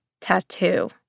Tattoo